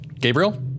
Gabriel